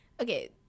okay